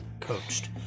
coached